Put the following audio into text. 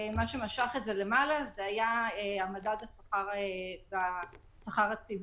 מה שמשך את זה למעלה היה מדד השכר במגזר הציבורי,